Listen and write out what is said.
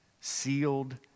sealed